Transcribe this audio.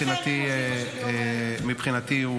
מבחינתי,